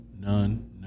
none